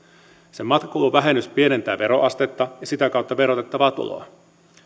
matkakuluvähennys pienentää veroastetta ja sitä kautta verotettavaa tuloa